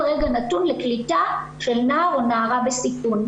רגע נתון לקליטה של נער או נערה בסיכון.